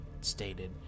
stated